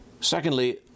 Secondly